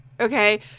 Okay